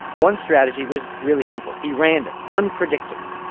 one strategy was really simple be random, unpredictable.